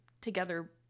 together